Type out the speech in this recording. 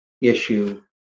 issue